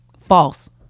False